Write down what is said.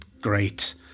great